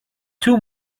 too